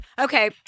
Okay